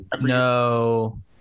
no